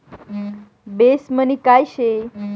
Base money काय शे?